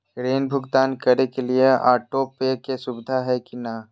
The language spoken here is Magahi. ऋण भुगतान करे के लिए ऑटोपे के सुविधा है की न?